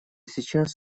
сейчас